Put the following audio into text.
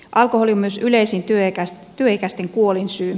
alkoholi on myös yleisin työikäisten kuolinsyy